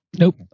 Nope